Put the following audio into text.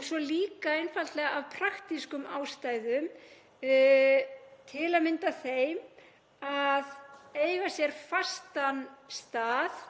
og líka einfaldlega af praktískum ástæðum, til að mynda þeim að eiga sér fastan stað